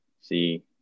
see